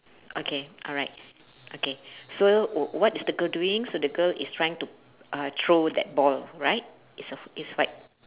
okay alright okay so wh~ what is the girl doing so the girl is trying to uh throw that ball right it's a it's white